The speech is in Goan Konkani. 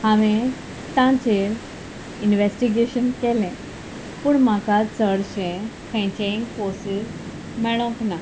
हांवें तांचेर इनवेस्टिगेशन केलें पूण म्हाका चडशें खंयचेय कोर्सीस मेळोंक ना